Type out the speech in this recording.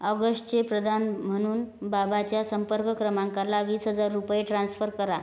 ऑगस्टचे प्रदान म्हणून बाबाच्या संपर्क क्रमांकाला वीस हजार रुपये ट्रान्स्फर करा